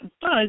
buzz